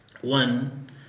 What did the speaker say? one